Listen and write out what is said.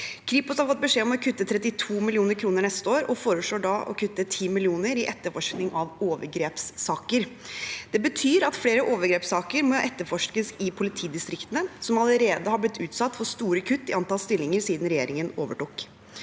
Kripos har fått beskjed om å kutte 32 mill. kr neste år og foreslår å kutte 10 mill. kr i etterforskning av overgrepssaker. Det betyr at flere overgrepssaker må etterforskes i politidistriktene, som allerede har blitt utsatt for store kutt i antall stillinger siden regjeringen overtok.